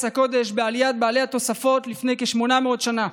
הקודש בעליית בעלי התוספות לפני כ-800 שנה.